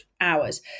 hours